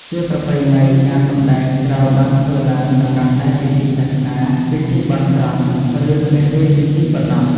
ជាប្រពៃណី ការសម្តែងត្រូវបានធ្វើឡើងសម្រាប់តែ ពិធីសាសនា ពិធីបន់ស្រន់ ឬព្រះរាជពិធីប៉ុណ្ណោះ។